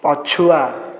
ପଛୁଆ